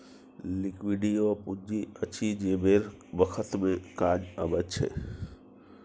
liquidity ओ पुंजी अछि जे बेर बखत मे काज अबैत छै